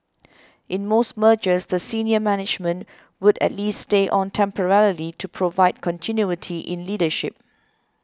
in most mergers the senior management would at least stay on temporarily to provide continuity in leadership